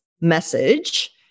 message